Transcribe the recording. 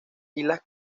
islas